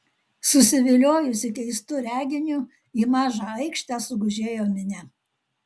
susiviliojusi keistu reginiu į mažą aikštę sugužėjo minia